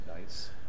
NICE